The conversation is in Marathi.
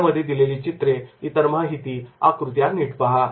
त्यामध्ये दिलेली चित्रे इतर माहिती आकृत्या नीट पहा